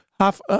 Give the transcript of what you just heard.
Half